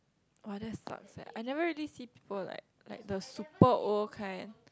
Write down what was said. what that's quite sad I never really see people like like the super old kind